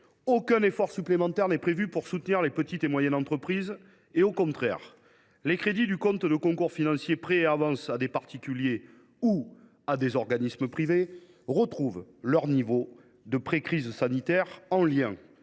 aucun effort supplémentaire n’est prévu pour soutenir les petites et moyennes entreprises. Au contraire, les crédits du compte de concours financiers « Prêts et avances à des particuliers ou à des organismes privés » retrouvent leur niveau d’avant crise sanitaire, notamment